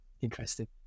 interesting